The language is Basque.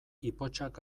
ipotxak